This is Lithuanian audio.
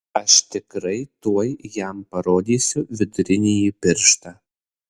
aš tikrai tuoj jam parodysiu vidurinįjį pirštą